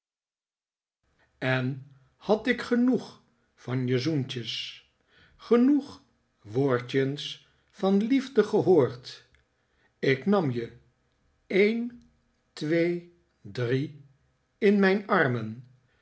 en had ik genoeg van je zoentjens genoeg woordjens van liefde gehoord ik nam je een twee drie in mijn armen